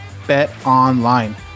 BetOnline